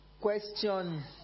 Question